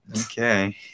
Okay